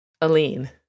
Aline